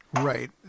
Right